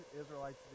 Israelites